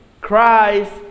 Christ